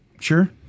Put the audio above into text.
Sure